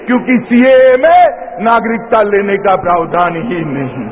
क्योंकि सीएए में नागरिकता लेने का प्रावधान ही नहीं है